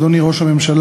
אדוני ראש הממשלה,